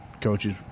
coaches